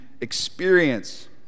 experience